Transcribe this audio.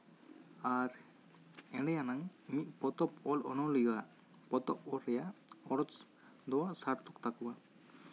ᱟᱨ ᱮᱰᱮᱭᱟᱱᱟᱝ ᱢᱤᱫ ᱯᱚᱛᱚᱵᱽ ᱚᱞ ᱚᱱᱚᱞᱤᱭᱟᱹ ᱟᱜ ᱯᱚᱛᱚᱵᱽ ᱚᱞ ᱨᱮᱭᱟᱜ ᱜᱚᱨᱚᱡ ᱫᱚ ᱥᱟᱨᱛᱷᱚᱠᱚᱜ ᱛᱟᱠᱚᱣᱟ